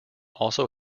also